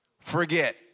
Forget